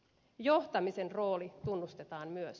johtamisen rooli tunnustetaan myös